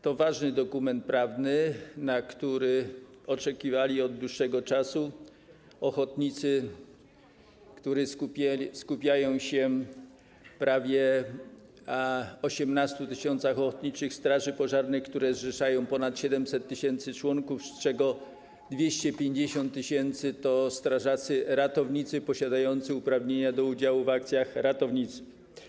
To ważny dokument prawny, na który oczekiwali od dłuższego czasu ochotnicy, którzy skupiają się w prawie 18 tys. ochotniczych straży pożarnych, które zrzeszają ponad 700 tys. członków, z czego 250 tys. to strażacy ratownicy posiadający uprawnienia do udziału w akcjach ratowniczych.